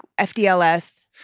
FDLS